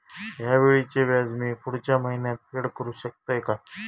हया वेळीचे व्याज मी पुढच्या महिन्यात फेड करू शकतय काय?